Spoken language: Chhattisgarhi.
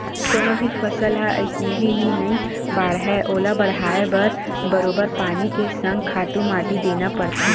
कोनो भी फसल ह अइसने ही नइ बाड़हय ओला बड़हाय बर बरोबर पानी के संग खातू माटी देना परथे